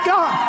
God